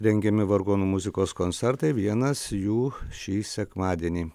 rengiami vargonų muzikos koncertai vienas jų šį sekmadienį